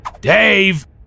Dave